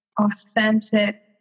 authentic